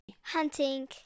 Hunting